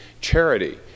charity